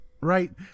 right